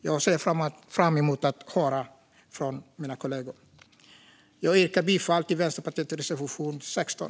Jag ser fram emot att höra om det från mina kollegor. Jag yrkar bifall till Vänsterpartiets reservation 16.